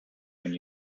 when